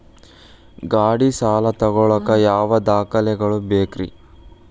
ಗಾಡಿ ಸಾಲ ತಗೋಳಾಕ ಯಾವ ದಾಖಲೆಗಳ ಬೇಕ್ರಿ?